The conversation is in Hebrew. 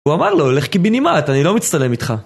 הוא אמר לו לך קיבינימט. אני לא מצטלם איתך